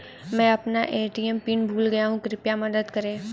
मैं अपना ATM PIN भूल गया हूँ कृपया मदद करें